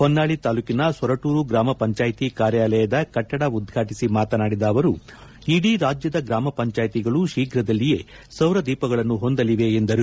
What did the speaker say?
ಹೊನ್ನಾಳ್ಳಿ ತಾಲೂಕಿನ ಸೊರಟೂರು ಗ್ರಾಮ ಪಂಜಾಯಿತಿ ಕಾರ್ಯಾಲಯದ ಕಟ್ಟಡ ಉದ್ಘಾಟಿಸಿ ಮಾತನಾಡಿದ ಅವರು ಇಡೀ ರಾಜ್ಯದ ಗ್ರಾಮ ಪಂಚಾಯಿತಿಗಳು ಶೀಘ್ರದಲ್ಲಿಯೇ ಸೌರ ದೀಪಗಳನ್ನು ಹೊಂದಲಿವೆ ಎಂದರು